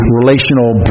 relational